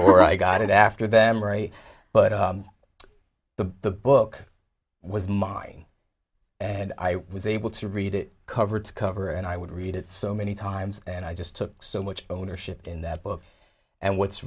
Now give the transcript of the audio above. or i got it after them or a but the book was mine and i was able to read it cover to cover and i would read it so many times and i just took so much ownership in that book and what's